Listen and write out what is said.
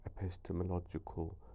epistemological